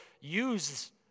use